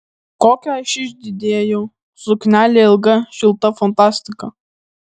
kokia aš išdidi ėjau suknelė ilga šilta fantastika